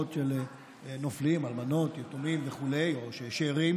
משפחות של נופלים, אלמנות, יתומים וכו', או שאירים